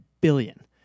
billion